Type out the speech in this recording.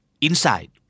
inside